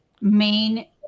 main